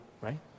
right